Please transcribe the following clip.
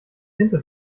tinte